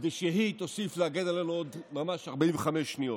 כדי שהיא תוסיף להגן עלינו, עוד ממש 45 שניות.